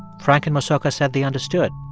frank and mosoka said they understood,